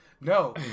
no